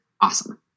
awesome